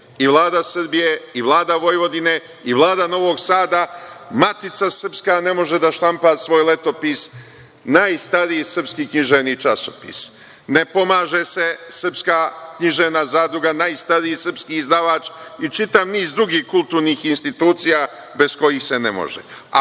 i Vlada Srbije i Vlada Vojvodine i Vlada Novog Sada. Matica srpska ne može da štampa svoj letopis, najstariji srpski književni časopis. Ne pomaže se Srpska književna zadruga, najstariji srpski izdavač i čitav niz drugih kulturnih institucija bez kojih se ne može.